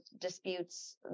disputes